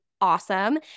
awesome